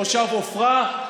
תושב עפרה,